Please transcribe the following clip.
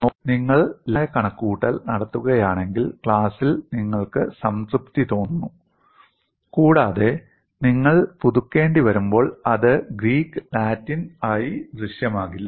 നോക്കൂ നിങ്ങൾ ലളിതമായ കണക്കുകൂട്ടൽ നടത്തുകയാണെങ്കിൽ ക്ലാസ്സിൽ നിങ്ങൾക്ക് സംതൃപ്തി തോന്നുന്നു കൂടാതെ നിങ്ങൾ പുതുക്കേണ്ടിവരുമ്പോൾ അത് ഗ്രീക്ക് ലാറ്റിൻ ആയി ദൃശ്യമാകില്ല